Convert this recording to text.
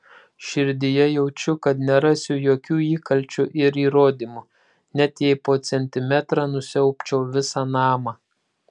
širdyje jaučiu kad nerasiu jokių įkalčių ir įrodymų net jei po centimetrą nusiaubčiau visą namą